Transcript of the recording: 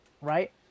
right